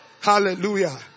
hallelujah